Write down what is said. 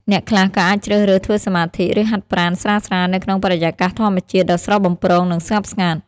អ្នកខ្លះក៏អាចជ្រើសរើសធ្វើសមាធិ ឬហាត់ប្រាណស្រាលៗនៅក្នុងបរិយាកាសធម្មជាតិដ៏ស្រស់បំព្រង និងស្ងប់ស្ងាត់។